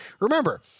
Remember